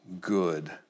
good